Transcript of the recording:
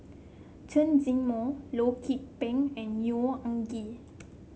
Chen Zhiming Loh Lik Peng and Neo Anngee